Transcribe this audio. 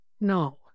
No